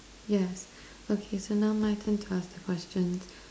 yes okay so now my turn to ask the question